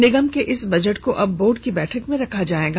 निगम के इस बजट को अब बोर्ड की बैठक में रखा जाएगा